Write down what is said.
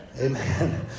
Amen